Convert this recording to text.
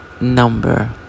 number